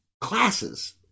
classes